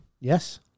yes